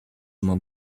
mam